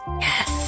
Yes